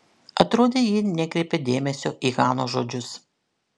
atrodė ji nekreipia dėmesio į hanos žodžius